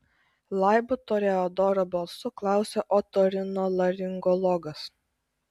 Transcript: laibu toreadoro balsu klausia otorinolaringologas